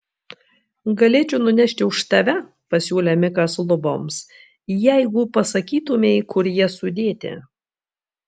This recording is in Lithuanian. galėčiau nunešti už tave pasiūlė mikas luboms jeigu pasakytumei kur jie sudėti